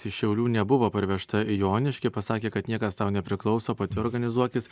iš šiaulių nebuvo parvežta į joniškį pasakė kad niekas tau nepriklauso pati organizuokis